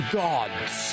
gods